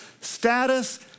status